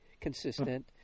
consistent